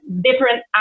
different